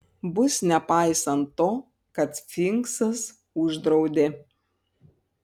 bus nepaisant to kad sfinksas uždraudė